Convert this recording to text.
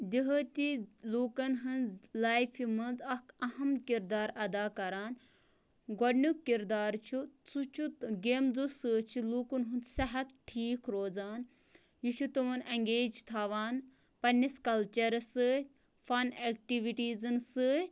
دیہٲتی لوٗکَن ہٕنٛز لایفہِ منٛز اَکھ اہم کِردار اَدا کَران گۄڈنیُک کِردار چھُ سُہ چھُ گیمزو سۭتۍ چھِ لوٗکَن ہُنٛد صحت ٹھیٖک روزان یہِ چھِ تمَن اٮ۪نٛگیج تھاوان پنٛنِس کَلچَرَس سۭتۍ فَن اٮ۪کٹٕوِٹیٖزَن سۭتۍ